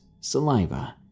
saliva